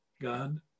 God